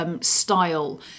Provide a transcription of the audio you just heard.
style